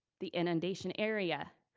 the inundation area,